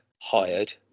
hired